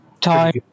Time